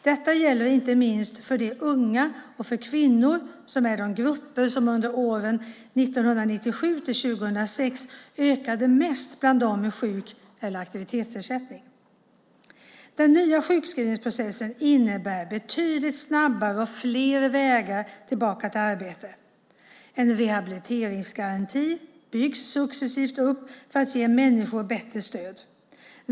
Detta gäller inte minst för unga och kvinnor som är de grupper som under åren 1997-2006 ökade mest bland dem med sjuk eller aktivitetsersättning. Den nya sjukskrivningsprocessen innebär betydligt snabbare och fler vägar tillbaka till arbete. En rehabiliteringsgaranti byggs successivt upp för att ge människor bättre stöd.